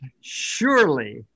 surely